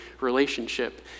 relationship